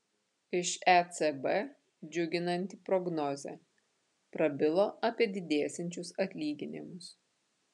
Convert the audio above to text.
iš ecb džiuginanti prognozė prabilo apie didėsiančius atlyginimus